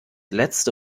letzte